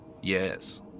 Yes